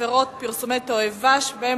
עבירות פרסומי תועבה שבהם